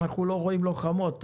אנחנו לא רואים לוחמות.